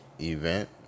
event